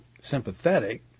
sympathetic